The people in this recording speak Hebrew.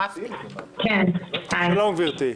שלום גברתי.